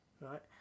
Right